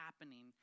happening